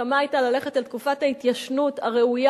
ההסכמה היתה ללכת על תקופת ההתיישנות הראויה